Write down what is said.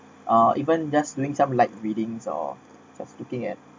uh even just doing some light readings or just looking at